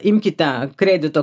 imkite kredito